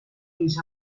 fins